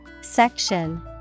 Section